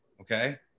okay